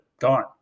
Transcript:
gone